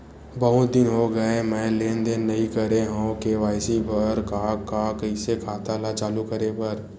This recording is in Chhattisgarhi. बहुत दिन हो गए मैं लेनदेन नई करे हाव के.वाई.सी बर का का कइसे खाता ला चालू करेबर?